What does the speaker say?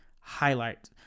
highlight